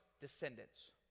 descendants